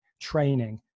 training